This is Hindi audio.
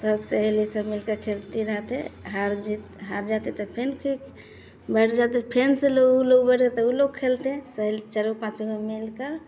सब सहेली सब मिलकर खेलती रहते हार जीत हार जाते त फिर के बैठ जाते फिन से उ लोग बैठ जाते उ लोग खेलते सहेली चारों पाँचों में मिलकर